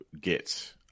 get